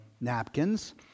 napkins